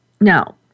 Now